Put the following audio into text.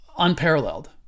Unparalleled